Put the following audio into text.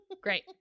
Great